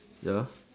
ya